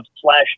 slash